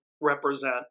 represent